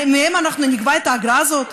מהם נגבה את האגרה הזאת?